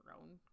own